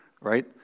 right